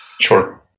Sure